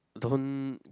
don't